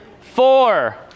Four